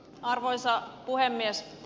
arvoisa puhemies